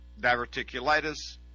diverticulitis